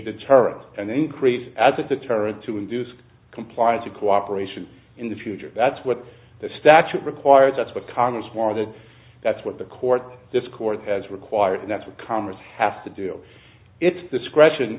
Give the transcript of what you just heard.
deterrent an increase as a deterrent to induce compliance or cooperation in the future that's what the statute requires that's what congress more that that's what the court this court has required and that's what congress has to do its discretion